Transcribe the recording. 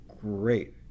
great